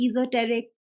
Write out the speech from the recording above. esoteric